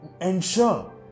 Ensure